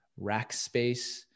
Rackspace